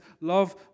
love